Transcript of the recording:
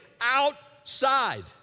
outside